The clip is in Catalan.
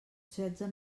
setze